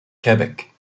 quebec